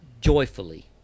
Joyfully